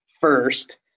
first